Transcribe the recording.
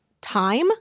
time